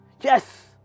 Yes